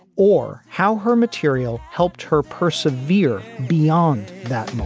or how her material helped her persevere beyond that